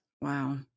Wow